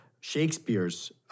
Shakespeare's